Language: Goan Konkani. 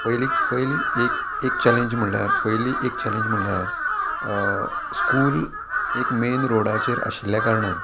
पयली पयली एक एक चॅलेंज म्हळ्यार पयली एक चॅलेंज म्हणल्यार स्कूल एक मेन रोडाचेर आशिल्ल्या कारणान